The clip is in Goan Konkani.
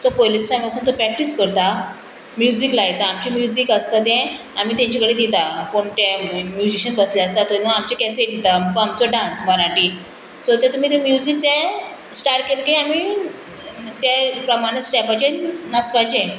सो पयले दिसा आमी वचून थंय प्रॅक्टीस करता म्युजीक लायता आमचे म्युजीक आसता तें आमी तेंचे कडेन दिता कोण ते म्युजिशन बसले आसता थंय आमचे कॅसेट दिता अमको आमचो डांस मराठी सो ते तुमी ते म्युजीक ते स्टार्ट केलें की आमी ते प्रमाणें स्टेपाचेर नाचपाचे